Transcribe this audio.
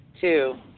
Two